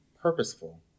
purposeful